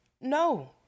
No